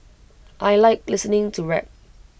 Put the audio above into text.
I Like listening to rap